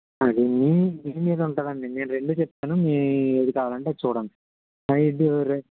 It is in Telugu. అది మీ మీ మీద ఉంటుంది అండి నేను రెండూ చెప్తాను మీకు ఏది కావాలంటే అది చూడండి సైజు రెం